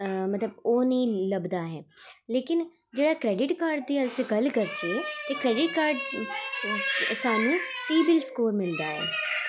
मतलब ओह् निं लभदा ऐ लेकिन जेह्ड़ा क्रेडिट कार्ड दी अस गल्ल करचै कदें कदार सानूं सिबिल स्कोर मिलदा ऐ